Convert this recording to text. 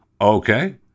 okay